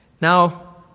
now